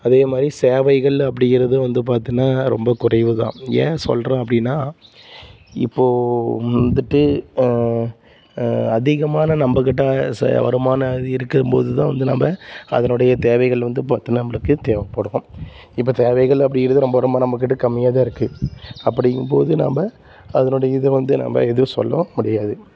அதே மாதிரி சேவைகள் அப்படிங்கிறது வந்து பார்த்தீன்னா ரொம்ப குறைவு தான் ஏன் சொல்கிறேன் அப்படின்னா இப்போது வந்துட்டு அதிகமான நம்மக்கிட்ட சே வருமானம் இருக்கும் போது தான் நம்ம அதனுடைய தேவைகள் வந்து பார்த்தா நம்மளுக்கு தேவைப்படும் இப்போ தேவைகள் அப்படிங்கிறது ரொம்ப ரொம்ப நம்மக்கிட்ட கம்மியாக தான் இருக்குது அப்படிங்கும் போது நாம் அதனுடைய இது வந்து நாம் எதுவும் சொல்ல முடியாது